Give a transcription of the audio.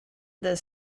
this